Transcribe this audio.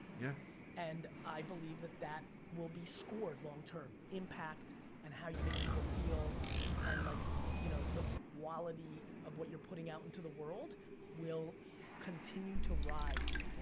yeah and i believe that that will be scored long term, impact and how you make people feel and like you know the quality of what you're putting out into the world will continue to rise.